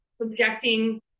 subjecting